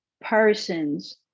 person's